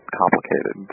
complicated